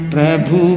Prabhu